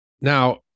Now